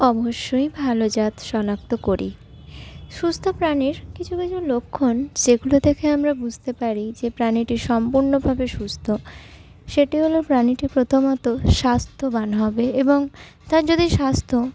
অবশ্যই ভালো জাত শনাক্ত করি সুস্থ প্রাণীর কিছু কিছু লক্ষণ সেগুলো দেখে আমরা বুঝতে পারি যে প্রাণীটি সম্পূর্ণভাবে সুস্থ সেটি হলো প্রাণীটি প্রথমত স্বাস্থ্যবান হবে এবং তার যদি স্বাস্থ্য